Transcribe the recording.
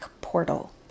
portal